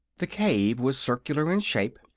the cave was circular in shape,